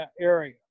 area